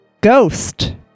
Ghost